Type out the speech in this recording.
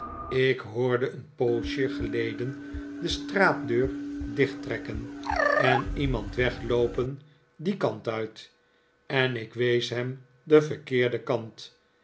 ik hoorde een poosje geleden de straatdeur dichttrekken en iemand wegloopen dien kant uit en ik wees hem den verkeerden kant